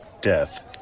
death